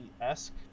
esque